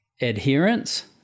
adherence